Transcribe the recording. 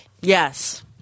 Yes